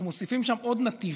אנחנו מוסיפים שם עוד נתיב.